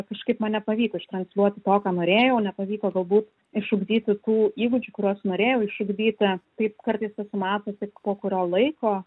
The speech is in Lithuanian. kažkaip man nepavyko ištransliuoti to ką norėjau nepavyko galbūt išugdyti tų įgūdžių kuriuos norėjau išugdyti taip kartais pasimato tik po kurio laiko